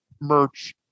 merch